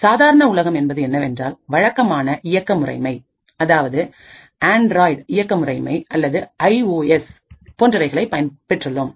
சாதாரண உலகம் என்பது என்னவென்றால் வழக்கமான இயக்க முறைமை அதாவது ஆண்ட்ராய்டு இயக்க முறைமை அல்லது ஐ ஓ எஸ் போன்றவைகளை பெற்றுள்ளோம்